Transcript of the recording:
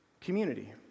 community